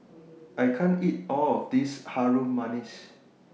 I can't eat All of This Harum Manis